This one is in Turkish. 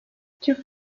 türk